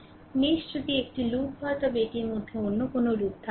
mesh যদি একটি loop হয় তবে এটির মধ্যে অন্য কোনও লুপ থাকে না